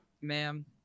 ma'am